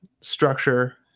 structure